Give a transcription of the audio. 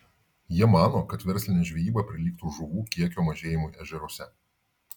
jie mano kad verslinė žvejyba prilygtų žuvų kiekio mažėjimui ežeruose